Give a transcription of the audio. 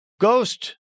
Ghost